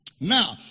Now